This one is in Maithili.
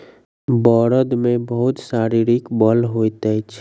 बड़द मे बहुत शारीरिक बल होइत अछि